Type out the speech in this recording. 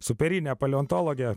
superine paleontologe